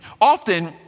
often